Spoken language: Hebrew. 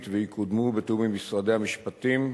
ויקודמו בתיאום עם משרדי המשפטים,